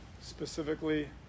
Specifically